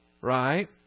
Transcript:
right